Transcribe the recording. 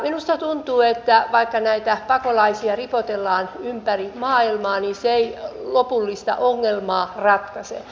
minusta tuntuu että vaikka näitä pakolaisia ripotellaan ympäri maailmaa niin se ei lopullista ongelmaa ratkaise